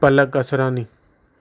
Palak Asrani